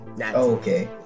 Okay